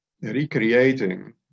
Recreating